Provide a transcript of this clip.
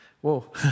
whoa